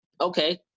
okay